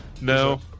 No